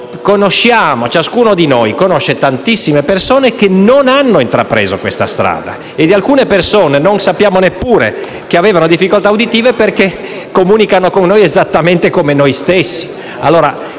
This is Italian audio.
strada. Ciascuno di noi conosce tantissime persone che non hanno intrapreso questa strada; nel caso di alcune persone non sapevamo neppure che avevano difficoltà uditive, perché comunicano esattamente come facciamo noi.